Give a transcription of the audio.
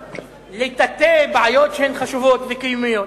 לטאטא בעיות שהן חשובות וקיומיות.